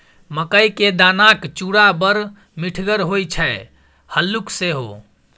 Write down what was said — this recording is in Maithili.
मकई क दानाक चूड़ा बड़ मिठगर होए छै हल्लुक सेहो